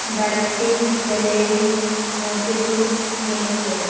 barfi jalebi motichoor milk cake